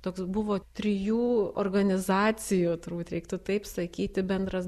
toks buvo trijų organizacijų turbūt reiktų taip sakyti bendras